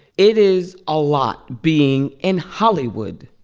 it is a lot being in hollywood.